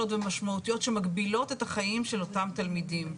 ומשמעותיות שמגבילות את החיים של אותם תלמידים ובוגרים.